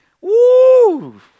Woo